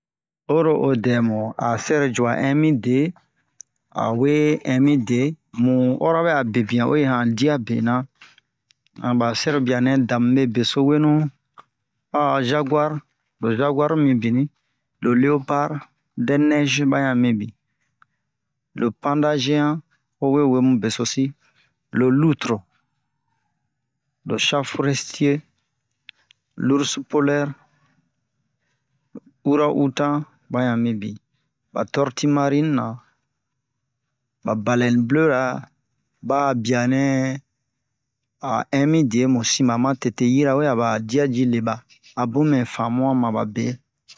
oyi ro o dɛmu a sɛrojua in mi de a we in mi de mu oro bɛ'a bebian uwe ho han dia bena ba sɛrobia bianɛ da mube beso wenu ho a zagu'ar lo zagu'ar mibini lo leopar dɛnɛzi ba yan mibin lo panda ze'an howe we mu besosi lo lutre lo sha-forɛstie lurs polɛr ura'utan ba yan mibin ba torti-marin na ba balɛni blera ba'a bianɛ a in mi de mu sin ba ma tete yirawe a ba dia ji leba a bun mɛ famu'a ma babe